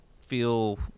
feel